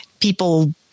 people